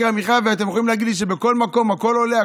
אתם יכולים להגיד לי שבכל מקום הכול עולה,